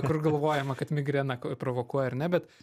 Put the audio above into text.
kur galvojama kad migreną provokuoja ar ne bet